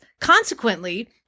Consequently